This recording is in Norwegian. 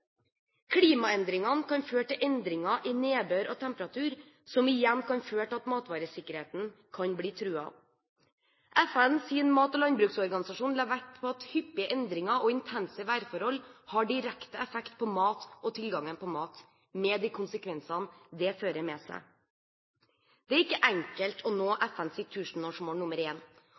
Klimaendringene kan føre til endringer i nedbør og temperatur, som igjen kan føre til at matvaresikkerheten kan bli truet. FNs mat- og landbruksorganisasjon la vekt på at hyppige endringer og intense værforhold har direkte effekt på mat og på tilgangen på mat, med de konsekvensene det har. Det er ikke enkelt å nå FNs tusenårsmål nummer